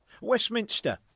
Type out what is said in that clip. Westminster